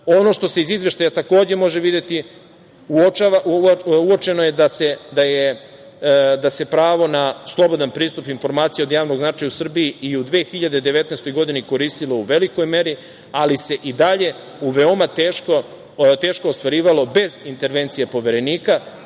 što se iz izveštaja može videti uočeno je da se pravo na slobodan pristup informacija od javnog značaja u Srbiji i u 2019. godini koristilo u velikoj meri, ali se i dalje veoma teško ostvarivalo bez intervencije Poverenika. Korisnici